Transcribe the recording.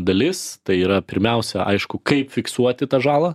dalis tai yra pirmiausia aišku kaip fiksuoti tą žalą